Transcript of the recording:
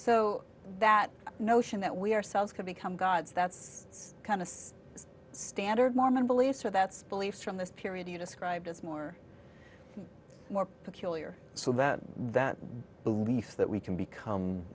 so that notion that we ourselves can become god's that's kind of standard mormon beliefs or that's beliefs from this period you described as more and more peculiar so that that belief that we can become